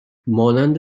مانند